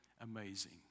amazing